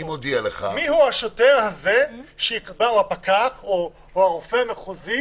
מי הוא השוטר או הפקח או הרופא המחוזי